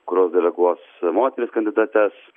kurios deleguos moteris kandidates